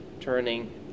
turning